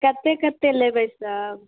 कत्ते कत्ते लेबै सब